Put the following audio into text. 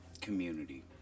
community